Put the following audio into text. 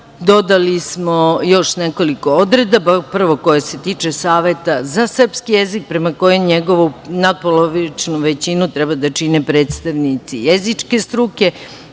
dodali smo još nekoliko odredaba, prvo koje se tiču Saveta za srpski jezik, prema kome njegovu natpolovičnu većinu treba da čine predstavnici jezičke struke